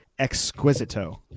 Exquisito